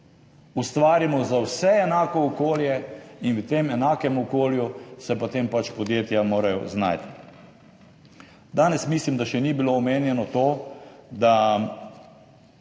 Ustvarimo za vse enako okolje in v tem enakem okolju se morajo potem podjetja znajti. Danes mislim, da še ni bilo omenjeno to, da